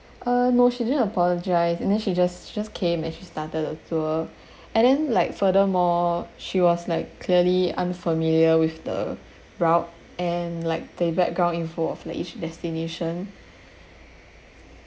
uh no she didn't apologise and then she just she just came and she started the tour and then like furthermore she was like clearly unfamiliar with the route and like their background info of the each destination